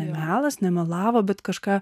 melas nemelavo bet kažką